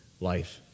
life